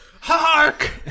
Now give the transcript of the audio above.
Hark